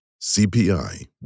CPI